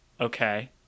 okay